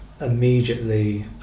immediately